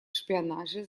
шпионаже